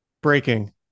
Breaking